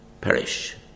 perish